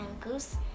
Goose